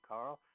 Carl